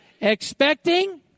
Expecting